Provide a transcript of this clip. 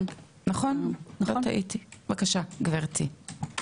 בבקשה, גברתי.